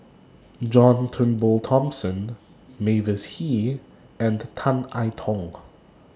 John Turnbull Thomson Mavis Hee and Tan I Tong